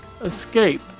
escape